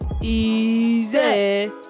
Easy